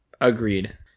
Agreed